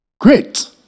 Great